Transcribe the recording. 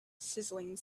sizzling